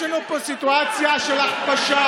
יש לנו פה סיטואציה של הכפשה,